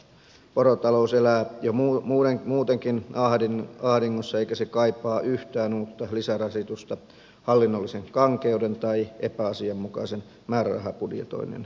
porotalous elää jo muutenkin ahdingossa eikä se kaipaa yhtään uutta lisärasitusta hallinnollisen kankeuden tai epäasianmukaisen määrärahabudjetoinnin vuoksi